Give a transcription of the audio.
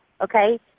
Okay